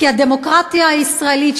כי הדמוקרטיה הישראלית,